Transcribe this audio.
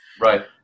Right